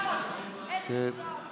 איזה שטויות.